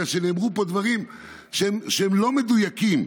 בגלל שנאמרו פה דברים שהם לא מדויקים.